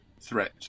threat